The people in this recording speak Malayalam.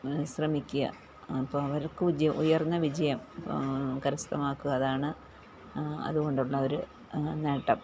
ശ്രമിക്കുക അപ്പം അവർക്ക് ഉജ്യ ഉയർന്ന വിജയം കരസ്ഥമാക്കുക അതാണ് അതുകൊണ്ടുള്ള ഒരു നേട്ടം